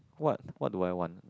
what what do I want